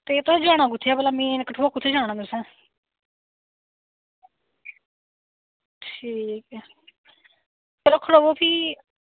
ते तुसें जाना कुत्थें मेन कठुआ जाना कुत्थें भला ठीक ऐ खड़ो खड़ोवो भी